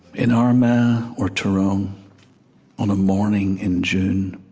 in armagh or tyrone on a morning in june